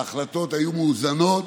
ההחלטות היו מאוזנות.